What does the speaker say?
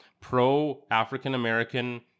pro-African-American